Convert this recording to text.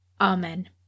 Amen